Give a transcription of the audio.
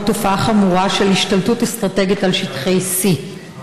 תופעה חמורה של השתלטות אסטרטגית על שטחי C,